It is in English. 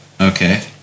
Okay